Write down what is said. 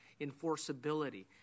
enforceability